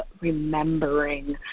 remembering